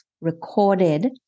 recorded